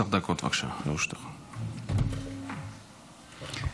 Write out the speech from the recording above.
עשר דקות לרשותך, בבקשה.